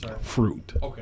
fruit